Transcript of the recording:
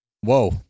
Whoa